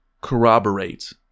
corroborate